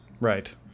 Right